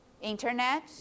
Internet